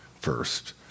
first